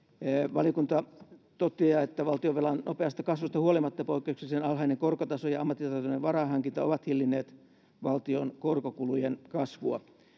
valiokunta toteaa että valtionvelan nopeasta kasvusta huolimatta poikkeuksellisen alhainen korkotaso ja ammattitaitoinen varainhankinta ovat hillinneet valtion korkokulujen kasvua